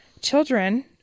children